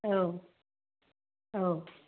औ औ